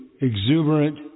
exuberant